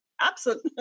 absent